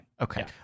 Okay